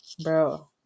bro